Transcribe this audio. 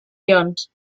ions